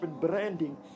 branding